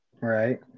Right